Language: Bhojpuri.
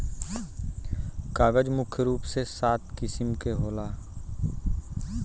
कागज मुख्य रूप से सात किसिम क होला